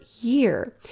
year